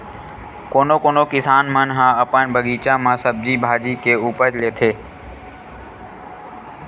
कोनो कोनो किसान मन ह अपन बगीचा म सब्जी भाजी के उपज लेथे